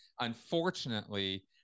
unfortunately